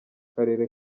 karere